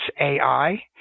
AI